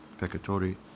Pecatori